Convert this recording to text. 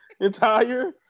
entire